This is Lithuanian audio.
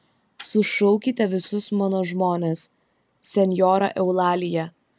sušaukite visus mano žmones senjora eulalija